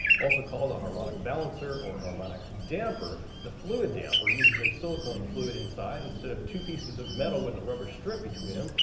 also called a harmonic balancer or harmonic damper, the fluid damper uses a silicone fluid inside instead of two pieces of metal with a rubber strip between them,